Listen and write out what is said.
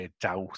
doubt